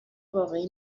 واقعی